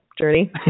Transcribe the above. journey